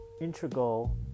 integral